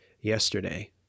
yesterday